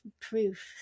proof